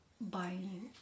Buying